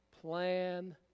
plan